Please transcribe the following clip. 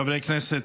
חברי הכנסת,